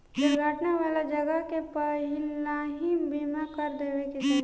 दुर्घटना वाला जगह के पहिलही बीमा कर देवे के चाही